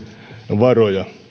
varoja